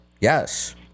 Yes